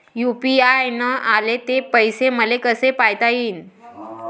UPI न आले ते पैसे मले कसे पायता येईन?